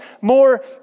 more